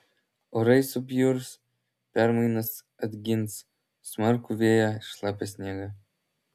orai subjurs permainos atgins smarkų vėją šlapią sniegą